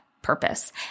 purpose